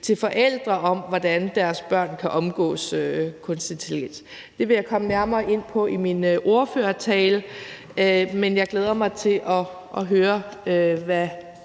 til forældre om, hvordan deres børn kan omgås kunstig intelligens. Det vil jeg komme nærmere ind på i min ordførertale, men jeg glæder mig til at høre, hvad